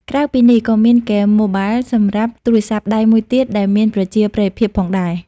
ក្រៅពីនេះ ក៏មានហ្គេមម៉ូបាល សម្រាប់ទូរសព្ទដៃមួយទៀតដែលមានប្រជាប្រិយភាពផងដែរ។